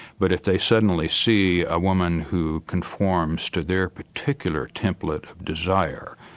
but if they suddenly see a woman who conforms to their particular template desire,